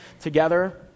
together